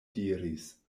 diris